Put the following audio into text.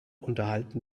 unterhalten